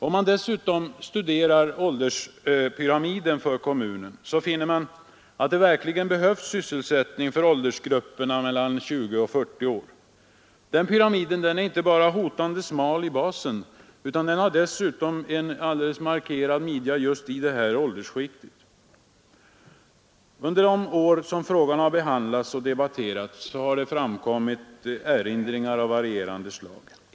Om man studerar ålderspyramiden för kommunen, finner man att det verkligen behövs sysselsättning för åldersgrupperna 20-40 år. Den pyramiden är inte bara hotande smal i basen, den har dessutom en alldeles markerad midja just vid det här åldersskiktet. Under de år som frågan behandlats och diskuterats har det framkommit erinringar av varierande slag.